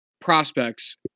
prospects